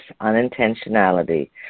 unintentionality